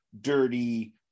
dirty